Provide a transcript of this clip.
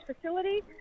facility